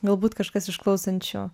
galbūt kažkas iš klausančių